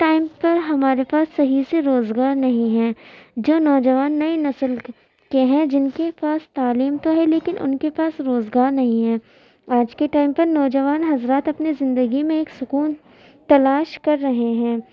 time پر ہمارے پاس صحیح سے روزگار نہیں ہے جو نوجوان نئی نسل کے ہیں جن کے پاس تعلیم تو ہے لیکن ان کے پاس روزگار نہیں ہے آج کے ٹائم پر نوجوان حضرات اپنی زندگی میں ایک سکون تلاش کر رہے ہیں